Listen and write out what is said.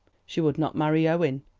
she would not marry owen,